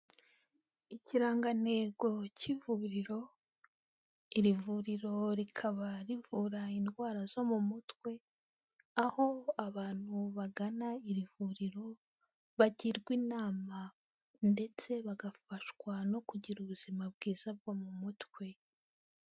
Ikirangantego cy'ivuriro, iri vuriro rikaba rivura indwara zo mu mutwe, aho abantu bagana iri vuriro, bagirwa inama ndetse bagafashwa no kugira ubuzima bwiza bwo mu mutwe.